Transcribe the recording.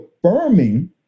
affirming